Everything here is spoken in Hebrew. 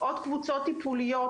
עוד קבוצות טיפוליות